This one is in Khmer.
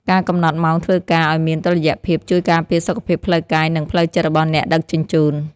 ការកំណត់ម៉ោងធ្វើការឱ្យមានតុល្យភាពជួយការពារសុខភាពផ្លូវកាយ និងផ្លូវចិត្តរបស់អ្នកដឹកជញ្ជូន។